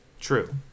True